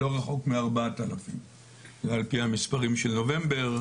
לא רחוק מ-4,000 על פי המספרים של נובמבר.